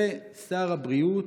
ושר הבריאות